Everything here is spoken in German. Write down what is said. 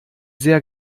sehr